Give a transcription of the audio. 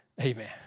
amen